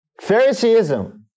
Phariseeism